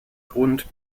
grund